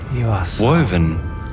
Woven